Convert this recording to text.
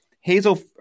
Hazel